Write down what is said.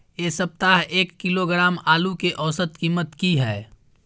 ऐ सप्ताह एक किलोग्राम आलू के औसत कीमत कि हय?